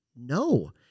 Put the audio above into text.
no